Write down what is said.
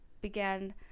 began